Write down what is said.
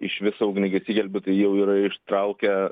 iš viso ugniagesiai gelbėtojai jau yra ištraukę